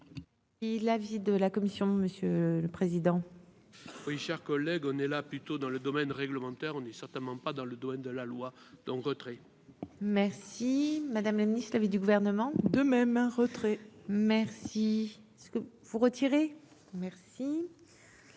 Il la visite de la commission, monsieur le président. Oui, chers collègues, on est là plutôt dans le domaine réglementaire, on est certainement pas dans le domaine de la loi d'retrait. Merci madame la ministre, de l'avis du gouvernement, de même un retrait merci ce que vous retirez merci,